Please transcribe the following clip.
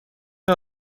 نوع